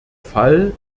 fall